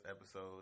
episode